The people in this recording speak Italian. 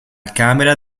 camera